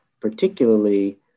particularly